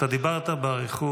אתה דיברת באריכות,